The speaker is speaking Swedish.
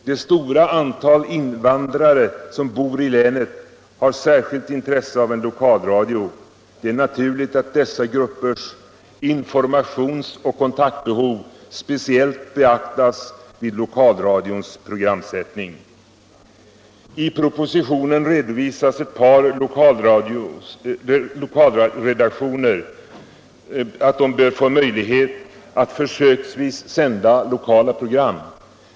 Det stora antal invandrare som bor i länet har särskilt intresse av en lokalradio. Det är naturligt att dessa gruppers informations och kontaktbehov speciellt beaktas vid lokalradions programsättning. I propositionen redovisas att ett par lokalredaktioner bör få möjlighet att försöksvis sända lokala program.